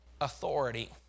Authority